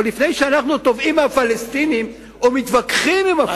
עוד לפני שאנחנו תובעים מהפלסטינים או מתווכחים עם הפלסטינים,